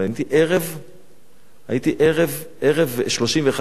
שהייתי ממש בערב פסח בלשכה שלי,